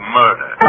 murder